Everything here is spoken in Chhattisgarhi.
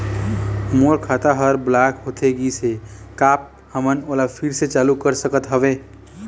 मोर खाता हर ब्लॉक होथे गिस हे, का आप हमन ओला फिर से चालू कर सकत हावे?